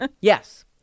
yes